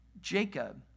Jacob